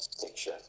picture